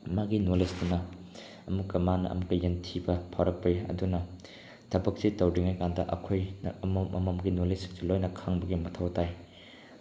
ꯃꯥꯒꯤ ꯅꯣꯂꯦꯖꯇꯨꯅ ꯑꯃꯨꯛꯀ ꯃꯥꯅ ꯑꯃꯨꯛꯀ ꯌꯦꯡꯊꯤꯕ ꯐꯥꯎꯔꯛꯄꯒꯤ ꯑꯗꯨꯅ ꯊꯕꯛꯁꯦ ꯇꯧꯗ꯭ꯔꯤꯉꯩ ꯀꯥꯟꯗ ꯑꯩꯈꯣꯏꯅ ꯑꯃ ꯑꯃꯒꯤ ꯅꯣꯂꯦꯖꯁꯤꯡꯁꯦ ꯂꯣꯏꯅ ꯈꯪꯕꯒꯤ ꯃꯊꯧ ꯇꯥꯏ